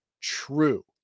True